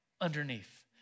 Underneath